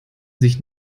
sich